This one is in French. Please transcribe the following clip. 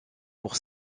pour